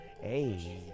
Hey